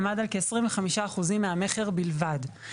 עמד על כ-25% מהמכר בלבד.